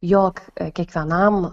jog kiekvienam